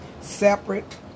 separate